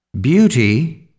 Beauty